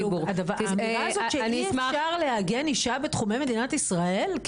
האמירה הזו שאי אפשר לעגן אישה בתחומי מדינת ישראל?